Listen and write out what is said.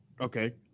okay